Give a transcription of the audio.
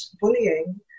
bullying